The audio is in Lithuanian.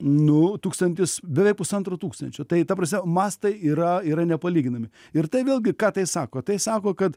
nu tūkstantis beveik pusantro tūkstančio tai ta prasme mastai yra yra nepalyginami ir tai vėlgi ką tai sako tai sako kad